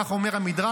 כך אומר המדרש,